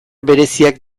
bereziak